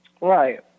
Right